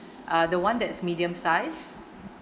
uh the one that's medium size